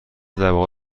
لبه